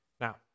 Now